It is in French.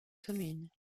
communes